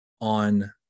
on